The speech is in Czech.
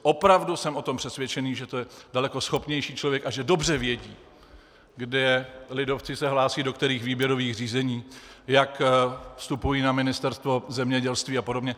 Opravdu jsem přesvědčený, že je to daleko schopnější člověk a že dobře ví, kde lidovci se hlásí do kterých výběrových řízení, jak vstupují na Ministerstvo zemědělství apod.